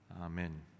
Amen